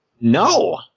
No